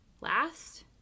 last